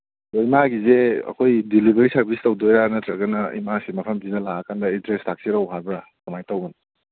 ꯍꯣꯏ ꯏꯃꯥꯒꯤꯁꯦ ꯑꯩꯈꯣꯏ ꯗꯤꯂꯤꯕꯔꯤ ꯁꯥꯔꯚꯤꯁ ꯇꯧꯗꯣꯏꯔꯥ ꯅꯠꯇ꯭ꯔꯒꯅ ꯏꯃꯥꯁꯤ ꯃꯐꯝꯁꯤꯗ ꯂꯥꯛꯑꯀꯥꯟꯗ ꯑꯦꯗꯔꯦꯁ ꯇꯥꯛꯆꯔꯛꯎ ꯍꯥꯏꯕ꯭ꯔꯥ ꯀꯃꯥꯏꯅ ꯇꯧꯕꯅꯣ